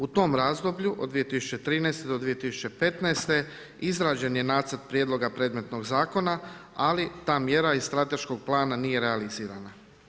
U tom razdoblju, od 2013. do 2015. izrađen je Nacrt prijedloga predmetnog zakona, ali ta mjera iz strateškog plana nije realizirana.